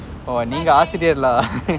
oh நீங்க ஆசிரியர்ல:neenga aasiriyarla lah